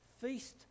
Feast